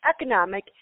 economic